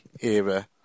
era